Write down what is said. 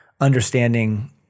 understanding